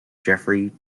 jeffrey